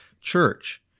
church